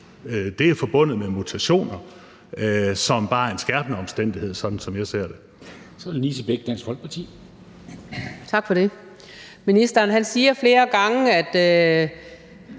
er det forbundet med mutationer, som bare er en skærpende omstændighed, sådan som jeg ser det.